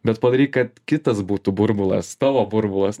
bet padaryk kad kitas būtų burbulas tavo burbulas